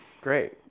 Great